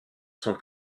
sont